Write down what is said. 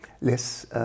less